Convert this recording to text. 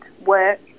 work